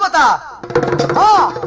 but da da